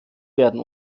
werden